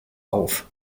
auf